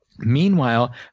Meanwhile